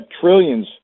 trillions